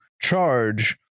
charge